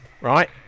right